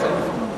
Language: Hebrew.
שבע.